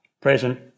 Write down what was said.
present